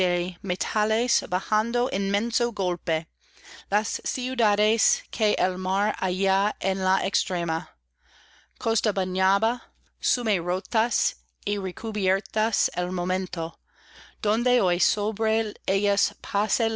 bajando inmenso golpe las ciudades que el mar allá en la extrema costa bañaba sume rotas y recubiertas al momento donde hoy sobre